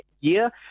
year